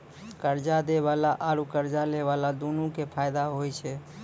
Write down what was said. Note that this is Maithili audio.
कर्जा दै बाला आरू कर्जा लै बाला दुनू के फायदा होय छै